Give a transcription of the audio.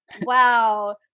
wow